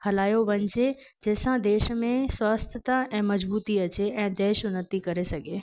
हलायो वञिजे जंहिंसा देश में स्वस्थता ऐं मजबूती अचे ऐं देश उन्नति करे सघे